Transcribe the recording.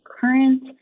current